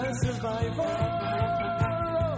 survival